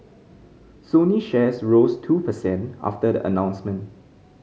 Sony shares rose two per cent after the announcement